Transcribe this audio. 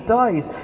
dies